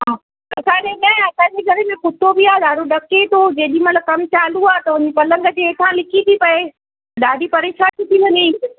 हा असांजे में असांजे घर में कुतो बि आहे ॾाढो ॾके थो जेॾी महिल कमु चालू आहे त हुन पलंग जे हेठां लिकी थी पिए ॾाढी परेशानी थी लॻे